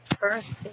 First